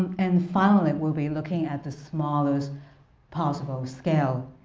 and finally, we'll be looking at the smallest possible scale,